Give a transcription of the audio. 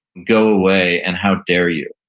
go away, and how dare you?